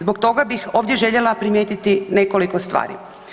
Zbog toga bih ovdje željela primijetiti nekoliko stvari.